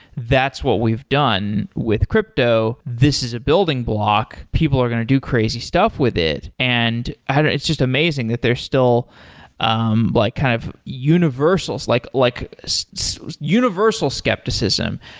that's what we've done with crypto this is a building block. people are going to do crazy stuff with it and it's just amazing that there's still um like kind of universals, like like so universal skepticism.